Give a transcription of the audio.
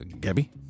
Gabby